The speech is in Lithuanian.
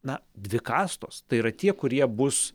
na dvi kastos tai yra tie kurie bus